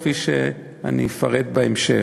כפי שאני אפרט בהמשך.